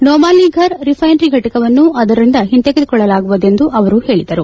ನೂಮಾಲಿ fur refinery ಫಟಕವನ್ನು ಅದರಿಂದ ಹಿಂತೆಗೆದುಕೊಳ್ಳಲಾಗುವುದು ಎಂದು ಅವರು ಹೇಳಿದರು